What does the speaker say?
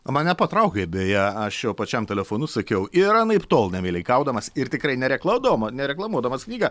mane patraukė beje aš jau pačiam telefonu sakiau ir anaiptol ne meilikaudamas ir tikrai nerekladoma nereklamuodamas knygą